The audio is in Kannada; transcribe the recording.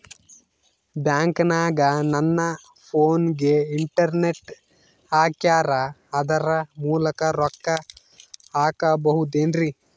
ಬ್ಯಾಂಕನಗ ನನ್ನ ಫೋನಗೆ ಇಂಟರ್ನೆಟ್ ಹಾಕ್ಯಾರ ಅದರ ಮೂಲಕ ರೊಕ್ಕ ಹಾಕಬಹುದೇನ್ರಿ?